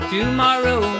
Tomorrow